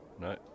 No